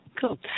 Cool